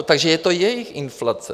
Takže je to jejich inflace.